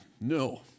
No